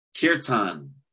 Kirtan